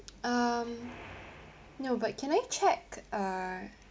um no can I check uh